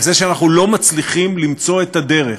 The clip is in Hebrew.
על זה שאנחנו לא מצליחים למצוא את הדרך